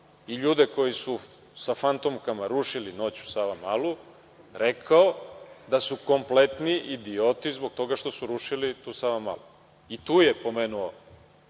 i ljude koji su sa fantomkama rušili noću Savamalu, rekao da su kompletni idioti zbog toga što su rušili i tu Savamalu. Tu je pomenuo